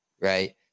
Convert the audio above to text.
right